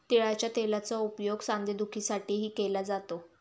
तिळाच्या तेलाचा उपयोग सांधेदुखीसाठीही केला जातो